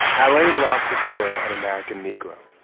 alain locke was still an american negro,